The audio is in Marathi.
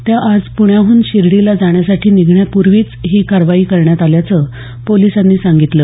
त्या आज पृण्याहून शिर्डीला जाण्यासाठी निघण्यापूर्वी ही कारवाई करण्यात आल्याचं पोलिसांनी सांगितलं